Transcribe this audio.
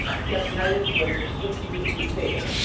अस्य अध्यायस्य वैशिष्ठ्यं किमित्युक्ते